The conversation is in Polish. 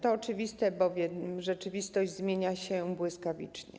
To oczywiste, bowiem rzeczywistość zmienia się błyskawicznie.